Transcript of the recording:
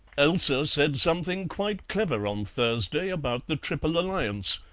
elsa said something quite clever on thursday about the triple alliance.